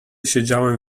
siedziałem